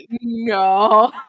no